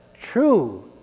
true